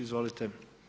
Izvolite.